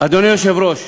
אדוני היושב-ראש,